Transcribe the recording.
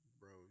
bro